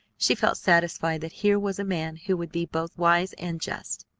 she felt satisfied that here was a man who would be both wise and just.